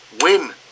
win